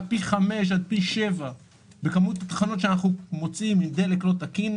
פי 5 עד פי 7 בכמות התחנות שאנחנו מוצאים עם דלק לא תקין.